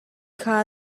kha